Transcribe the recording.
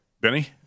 Benny